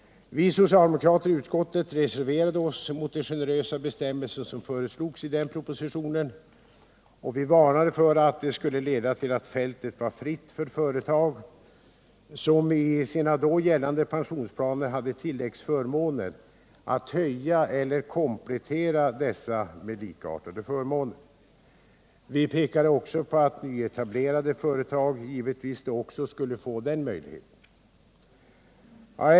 Vi socialdemokrater i utskottet reserverade oss mot de generösa bestämmelser som föreslogs i den propositionen. Vi varnade för att det skulle leda till att fältet var fritt för företag, som i sina då gällande pensionsplaner hade tilläggsförmåner, att höja eller komplettera dessa med likartade förmåner. Vi påpekade vidare att nyetablerade företag givetvis då också skulle få den möjligheten.